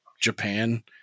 japan